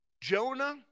Jonah